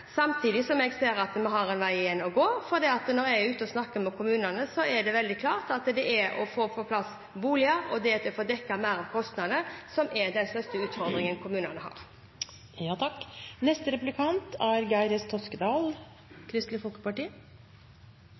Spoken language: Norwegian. Samtidig ser jeg at vi fortsatt har en vei å gå. Når jeg er ute og snakker med kommunene, er det veldig klart at det er det å få på plass boliger og å få dekket mer av kostnadene til integrering, som er den største utfordringen kommunene har. Bosettingen går tregt, og det er